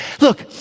Look